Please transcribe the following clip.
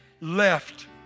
left